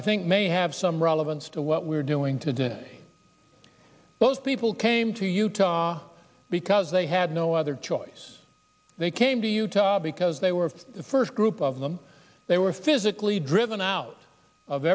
i think may have some relevance to what we are doing today those people came to utah because they had no other choice they came to utah because they were the first group of them they were physically driven out of